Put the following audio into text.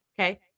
Okay